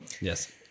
yes